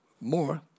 more